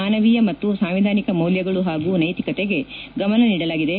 ಮಾನವೀಯ ಮತ್ತು ಸಾಂವಿಧಾನಿ ಮೌಲ್ಯಗಳು ಹಾಗೂ ನೈತಿಕತೆಗೆ ಗಮನ ನೀಡಲಾಗಿದೆ